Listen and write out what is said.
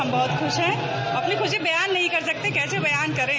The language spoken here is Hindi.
हम बहुत खुश है अपनी खुशी बयान नहीं कर सकते कैसे बयान करें